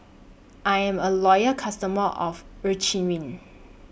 I'm A Loyal customer of Eucerin